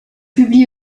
publie